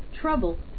trouble